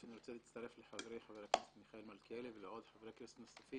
אני רוצה להצטרף לחברי חבר הכנסת מיכאל מלכיאלי ולחברי כנסת נוספים